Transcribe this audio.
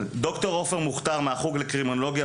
ד"ר עופר מוכתר מהחוג לקרימינולוגיה